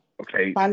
Okay